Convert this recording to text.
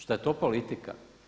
Šta je to politika?